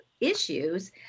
issues